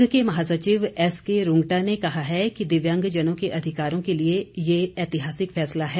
संघ के महासचिव एस के रूंग्टा ने कहा है कि दिव्यांगजनों के अधिकारों के लिए यह ऐतिहासिक फैसला है